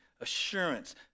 assurance